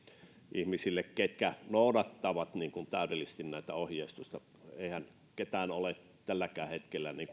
ihmisille ketkä noudattavat täydellisesti tätä ohjeistusta eihän ketään ole tälläkään hetkellä